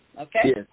Okay